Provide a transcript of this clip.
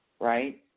Right